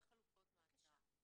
לגבי חלופות מעצר --- בבקשה,